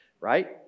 right